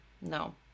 no